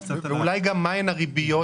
אולי גם מה הן הריביות